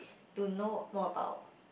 to know more about